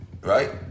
Right